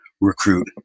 recruit